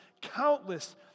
countless